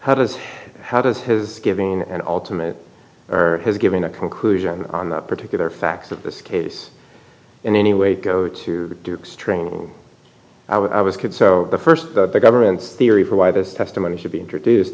how does how does his giving an ultimate has given a conclusion on that particular facts of this case in any way go to strange i was kid so the st the government's theory for why this testimony should be introduced